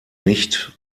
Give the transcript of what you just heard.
nicht